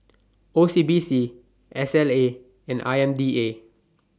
O C B C S L A and I M D A